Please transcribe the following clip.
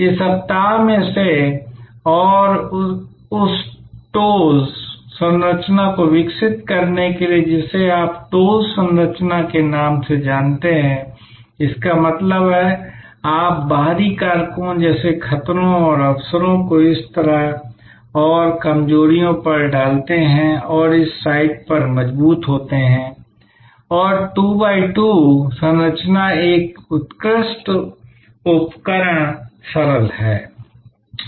इस सप्ताह में से और उस TOWS संरचना को विकसित करने के लिए जिसे आप TOWS संरचना के नाम से जानते हैं इसका मतलब है आप बाहरी कारकों जैसे खतरों और अवसरों को इस तरफ और कमजोरियों पर डालते हैं और इस साइट पर मजबूत होते हैं और 2 x 2 संरचना एक उत्कृष्ट उपकरण सरल है